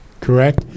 correct